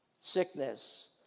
Sickness